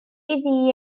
iddi